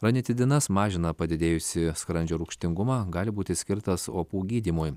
ranitidinas mažina padidėjusį skrandžio rūgštingumą gali būti skirtas opų gydymui